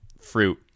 fruit